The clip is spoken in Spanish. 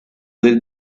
del